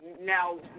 Now